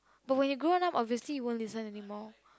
but when you go out obviously he won't listen anymore